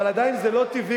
אבל עדיין זה לא טבעי,